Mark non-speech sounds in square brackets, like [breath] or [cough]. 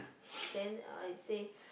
then I say [breath]